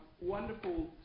wonderful